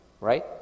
right